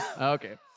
Okay